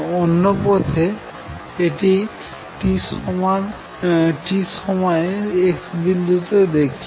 অন্য পথ আমরা এটি t সময়ে x বিন্দুতে দেখছি